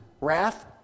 wrath